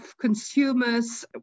consumers